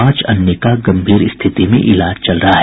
पांच अन्य का गंभीर स्थिति में इलाज चल रहा है